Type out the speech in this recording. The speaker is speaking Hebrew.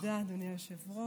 תודה, אדוני היושב-ראש.